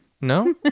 no